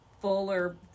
fuller